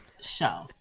show